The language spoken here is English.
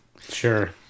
Sure